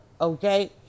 okay